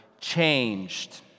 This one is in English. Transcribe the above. changed